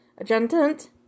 Adjutant